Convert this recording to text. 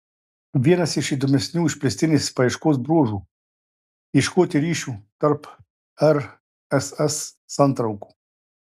vienas iš įdomesnių išplėstinės paieškos bruožų ieškoti ryšių tarp rss santraukų